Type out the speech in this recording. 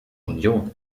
union